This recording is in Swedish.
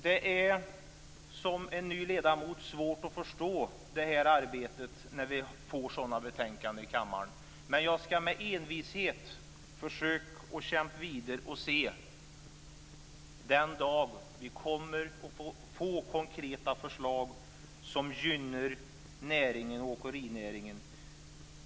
Det är för en ny ledamot svårt att förstå arbetet när vi får sådana här betänkanden i kammaren, men jag skall med envishet försöka kämpa vidare för att se den dag när vi kommer att få konkreta förslag som gynnar åkerinäringen.